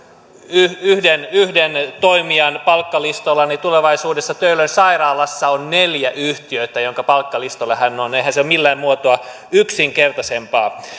yhden yhden toimijan palkkalistoilla niin tulevaisuudessa töölön sairaalassa on neljä yhtiötä jonka palkkalistoilla hän on eihän se ole millään muotoa yksinkertaisempaa